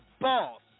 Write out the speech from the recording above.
boss